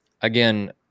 again